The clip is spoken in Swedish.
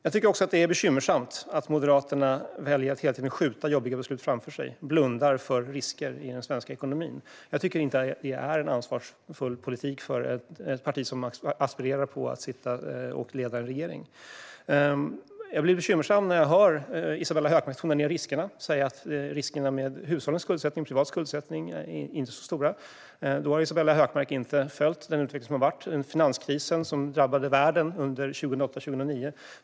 Jag är även bekymrad över att Moderaterna väljer att hela tiden skjuta jobbiga beslut framför sig. De blundar för risker i den svenska ekonomin. Jag tycker inte att det är en ansvarsfull politik för ett parti som aspirerar på att leda en regering. Jag blir bekymrad när jag hör Isabella Hökmark tona ned riskerna. Hon säger att riskerna med hushållens skuldsättning, privat skuldsättning, inte är så stora. Hon verkar inte ha följt den utveckling som varit med den finanskris som drabbade världen 2008 och 2009.